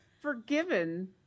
Forgiven